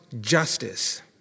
justice